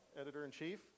Editor-in-Chief